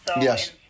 Yes